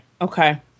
okay